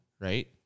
right